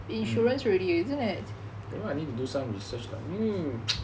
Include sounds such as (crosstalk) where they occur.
that [one] I need to some research lah 因为 (noise)